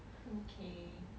okay